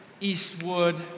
Eastwood